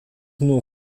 nur